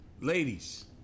Ladies